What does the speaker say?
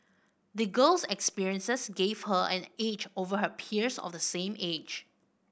the girl's experiences gave her an edge over her peers of the same age